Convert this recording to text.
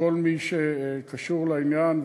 לכל מי שקשור לעניין,